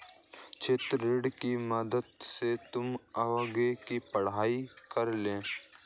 छात्र ऋण की मदद से तुम आगे की पढ़ाई कर लो